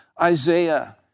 Isaiah